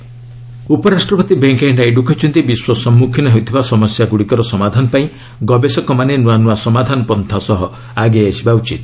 VP ICSSR ଉପରାଷ୍ଟ୍ରପତି ଭେଙ୍କିୟା ନାଇଡୁ କହିଛନ୍ତି ବିଶ୍ୱ ସମ୍ମୁଖୀନ ହେଉଥିବା ସମସ୍ୟାଗ୍ରଡ଼ିକର ସମାଧାନ ପାଇଁ ଗବେଷକମାନେ ନ୍ତଆ ନ୍ତଆ ସମାଧାନ ପନ୍ତା ସହ ଆଗେଇ ଆସିବା ଉଚିତ